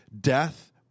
death